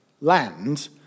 land